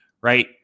right